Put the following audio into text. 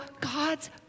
God's